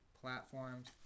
platforms